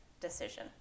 decision